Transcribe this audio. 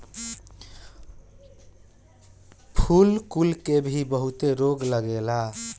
फूल कुल के भी बहुते रोग लागेला